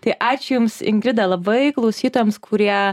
tai ačiū jums ingrida labai klausytojams kurie